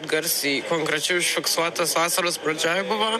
garsiai konkrečiai užfiksuotas vasaros pradžioj buvo